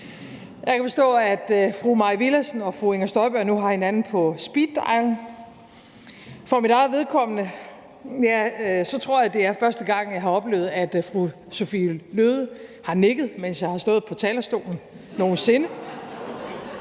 jeg kan forstå, at fru Mai Villadsen og fru Inger Støjberg nu har hinanden på speeddial. For mit eget vedkommende tror jeg det er første gang, at jeg har oplevet, at fru Sophie Løhde har nikket, mens jeg stod på talerstolen, nogen sinde,